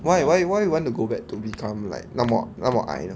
why why why you want to go back to become like 那么那么矮